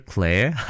Claire